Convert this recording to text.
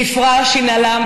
ספרש אנעלם,